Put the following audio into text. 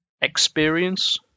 experience